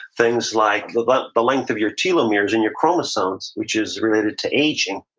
things like the but the length of your telomeres in your chromosomes, which is related to aging.